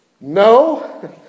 No